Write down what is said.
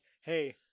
hey